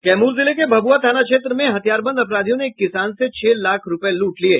कैमूर जिले के भभुआ नगर थाना क्षेत्र में हथियारबंद अपराधियों ने एक किसान से छह लाख रुपये लूट लिये